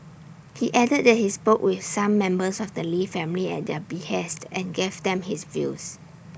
he added that he spoke with some members of the lee family at their behest and gave them his views